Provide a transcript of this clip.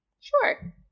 Sure